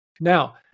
Now